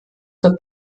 zur